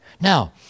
Now